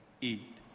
eat